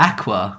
Aqua